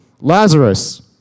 Lazarus